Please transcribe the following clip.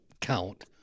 count